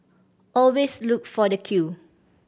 always look for the queue